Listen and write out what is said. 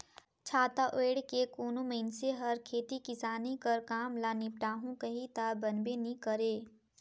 छाता ओएढ़ के कोनो मइनसे हर खेती किसानी कर काम ल निपटाहू कही ता बनबे नी करे